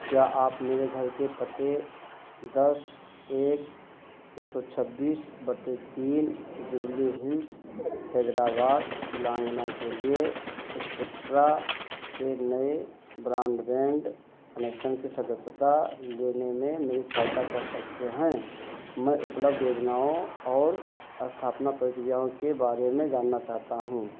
क्या आप मेरे घर के पते दस एक एक सौ छब्बीस बटे तीन जुबली हिल्स हैदराबाद तेलंगाना के लिए स्पेक्ट्रा से नए ब्राण्डबैंड कनेक्शन की सदस्यता लेने में मेरी सहायता कर सकते हैं मैं उपलब्ध योजनाओं और स्थापना प्रक्रियाओं के बारे में जानना चाहता हूँ